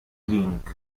link